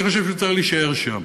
אני חושב שהוא צריך להישאר שם,